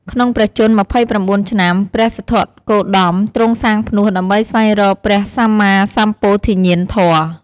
ក្នុងព្រះជន្ម ២៩ ឆ្នាំ ព្រះសិទ្ធត្ថគោតមទ្រង់សាងផ្នួសដើម្បីស្វែងរកព្រះសម្មាសម្ពោធិញ្ញាណធម៌។